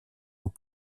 aux